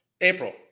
April